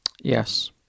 Yes